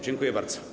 Dziękuję bardzo.